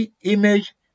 image